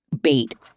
bait